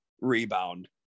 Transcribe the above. rebound